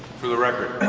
for the record.